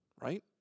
right